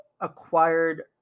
acquired